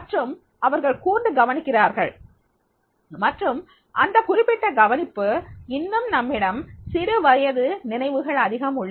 மற்றும் அவர்கள் கூர்ந்து கவனிக்கிறார்கள் மற்றும் அந்த குறிப்பிட்ட கவனிப்பு இன்னும் நம்மிடம் சிறுவயது நினைவுகள் அதிகம் உள்ளன